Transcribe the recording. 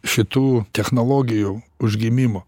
šitų technologijų užgimimo